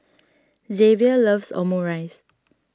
Xzavier loves Omurice